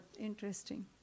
Interesting